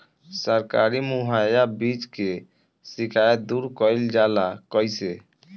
सरकारी मुहैया बीज के शिकायत दूर कईल जाला कईसे?